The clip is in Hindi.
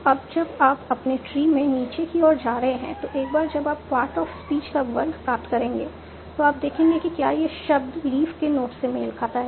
अब जब आप अपने ट्री में नीचे की ओर जा रहे हैं तो एक बार जब आप पार्ट ऑफ स्पीच का वर्ग प्राप्त करेंगे तो आप देखेंगे कि क्या यह शब्द लीफ के नोड्स से मेल खाता है